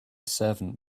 servant